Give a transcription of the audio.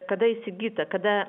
kada įsigyta kada